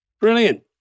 Brilliant